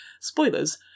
spoilers